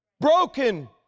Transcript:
Broken